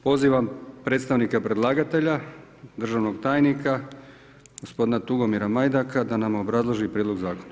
Pozivam predstavnika predlagatelja, državnog tajnika, gospodina Tugomira Majdaka da nam obrazloži prijedlog zakona.